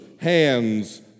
hands